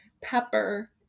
pepper